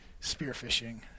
spearfishing